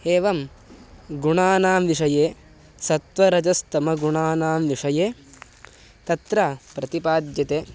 एवं गुणानां विषये सत्वरजस्तमगुणानां विषये तत्र प्रतिपाद्यते